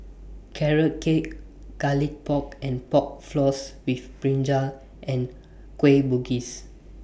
Carrot Cake Garlic Pork and Pork Floss with Brinjal and Kueh Bugis